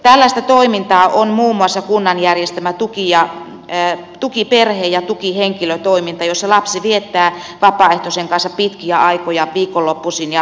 tällaista toimintaa on muun muassa kunnan järjestämä tukiperhe ja tukihenkilötoiminta jossa lapsi viettää vapaaehtoisen kanssa pitkiä aikoja viikonloppuisin ja loma aikoina